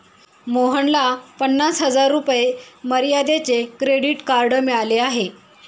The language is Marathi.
मोहनला पन्नास हजार रुपये मर्यादेचे क्रेडिट कार्ड मिळाले आहे